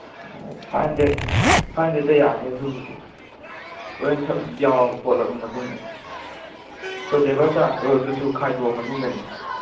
ꯑꯣ five hundred five ꯍꯟꯗ꯭ꯔꯦꯗꯇ ꯌꯥꯔꯅꯤ ꯑꯗꯨꯕꯨꯗꯤ ꯂꯣꯏꯅ ꯌꯥꯎꯔꯕ ꯈꯣꯠꯂꯕ ꯃꯇꯨꯡꯗ ꯑꯩꯈꯣꯏ ꯂꯦꯕꯔ ꯆꯥꯔꯖꯇꯨ ꯑꯗꯨꯁꯨ ꯈꯥꯏꯗꯣꯛꯑ ꯃꯇꯨꯡꯗꯅꯤꯀꯣ